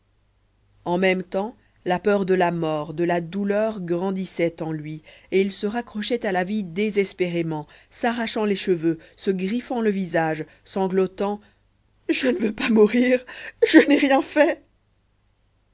en même temps la peur de la mort de la douleur grandissait en lui et il se raccrochait à la vie désespérément s'arrachant les cheveux se griffant le visage sanglotant je ne veux pas mourir je n'ai rien fait